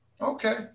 Okay